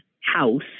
house